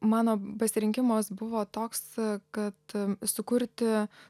mano pasirinkimas buvo toks kad sukurti